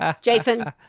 jason